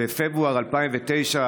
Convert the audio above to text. בפברואר 2009,